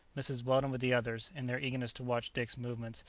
mrs. weldon with the others, in their eagerness to watch dick's movements,